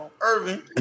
Irving